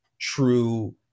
true